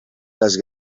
les